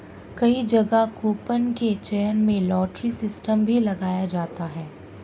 कई जगह कूपन के चयन में लॉटरी सिस्टम भी लगाया जाता है